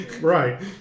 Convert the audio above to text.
Right